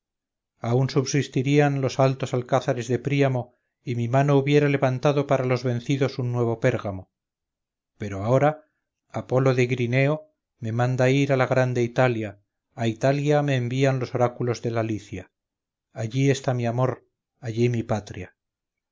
aun subsistirían los altos alcázares de príamo y mi mano hubiera levantado para los vencidos un nuevo pérgamo pero ahora apolo de grineo me manda ir a la grande italia a italia me envían los oráculos de la licia allí está mi amor allí mi patria